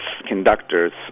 conductors